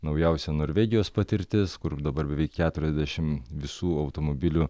naujausia norvegijos patirtis kur dabar beveik keturiasdešimt visų automobilių